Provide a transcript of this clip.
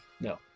No